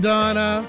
Donna